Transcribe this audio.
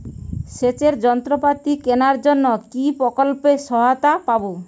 সেচের যন্ত্রপাতি কেনার জন্য কি প্রকল্পে সহায়তা পাব?